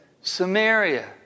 Samaria